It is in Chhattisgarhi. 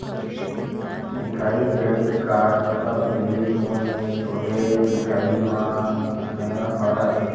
दिखाही क्रेडिट कारड कतक मिलही जोन एक छोटे दिखाही म मैं हर आथे?